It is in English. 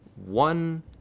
one